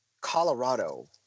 Colorado